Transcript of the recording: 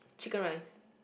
Chicken Rice